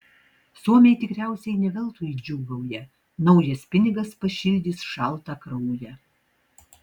suomiai tikriausiai ne veltui džiūgauja naujas pinigas pašildys šaltą kraują